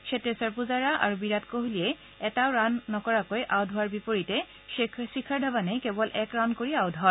ছেটেখৰ পূজাৰা আৰু বিৰাট কোহলীয়ে এটাও ৰান নকৰাকৈ আউট হোৱাৰ বিপৰীতে খেখৰ ধাৱনে কেৱল এক ৰান কৰি আউট হয়